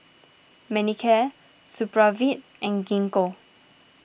Manicare Supravit and Gingko